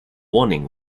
warning